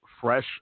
fresh